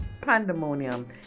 pandemonium